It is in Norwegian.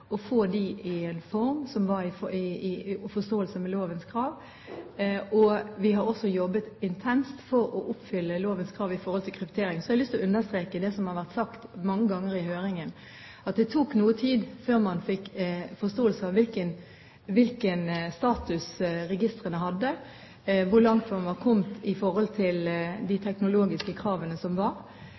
å få dem i en form som var i forståelse med lovens krav. Vi har også jobbet intenst for å oppfylle lovens krav når det gjelder kryptering. Så har jeg lyst til å understreke det som ble sagt mange ganger i høringen, at det tok noe tid før man fikk forståelse av hvilken status registrene hadde, hvor langt man var kommet med de teknologiske kravene. Dette har gått over noe tid, og, som